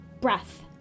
Breath